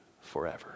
forever